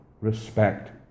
respect